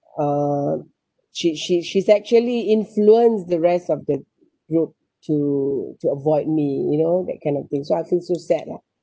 um she she she's actually influenced the rest of the group to to avoid me you know that kind of thing so I feel so sad ah